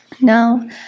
Now